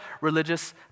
religious